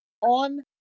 on